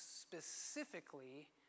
specifically